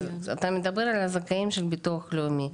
אתה מדבר על הזכאים של ביטוח לאומי.